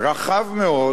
רחב מאוד,